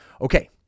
okay